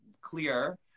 clear